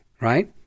Right